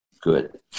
good